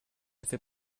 fait